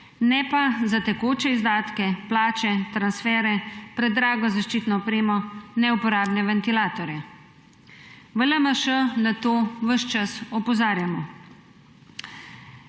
ne pa za tekoče izdatke, plače, transfere, predrago zaščitno opremo, neuporabne ventilatorje. V LMŠ na to ves čas opozarjamo.